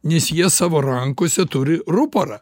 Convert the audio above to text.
nes jie savo rankose turi ruporą